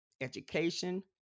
education